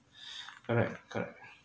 correct correct